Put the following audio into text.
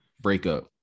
breakup